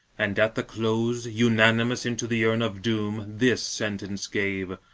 and at the close, unanimous into the urn of doom this sentence gave,